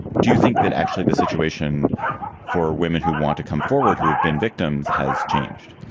do you think that actually the situation for women who want to come forward, who have been victims, has changed?